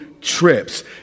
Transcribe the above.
trips